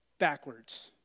backwards